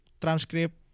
transcript